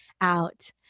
out